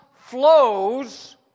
flows